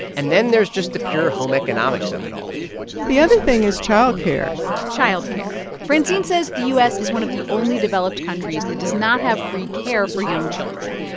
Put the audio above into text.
and then there's just the pure home economics of it all the other thing is child care child care. francine says the u s. is one of the only developed countries that does not have free care for young children.